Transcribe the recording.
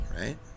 right